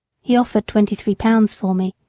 he offered twenty-three pounds for me,